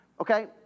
okay